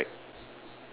ya correct